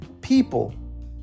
people